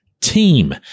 team